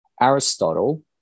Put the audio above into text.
Aristotle